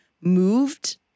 moved